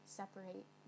separate